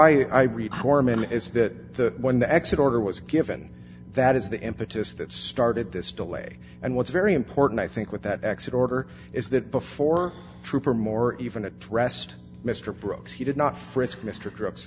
that when the exit order was given that is the impetus that started this delay and what's very important i think with that exit order is that before trooper moore even addressed mr brooks he did not frisk mr drugs